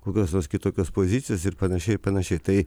kokios nors kitokios pozicijos ir panašiai ir panašiai tai